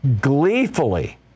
gleefully